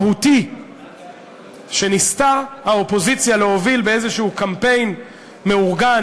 המהותי שניסתה האופוזיציה להוביל באיזה קמפיין מאורגן,